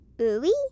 Oui